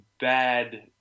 bad